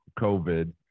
COVID